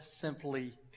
simply